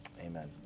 Amen